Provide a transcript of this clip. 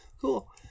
Cool